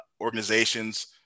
organizations